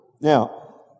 Now